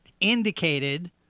indicated